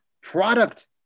product